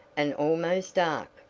and almost dark.